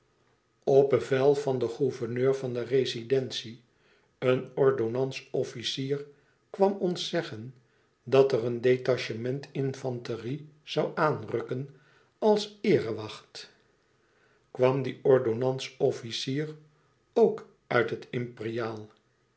op bevel van den gouverneur van de rezidentie een ordonnans-officier kwam ons zeggen dat er een detachement infanterie zoû aanrukken als eerewacht kwam die ordonnans-officier ook uit het